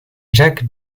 jack